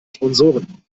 sponsoren